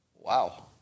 Wow